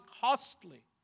costly